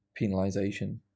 penalization